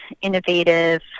innovative